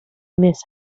miss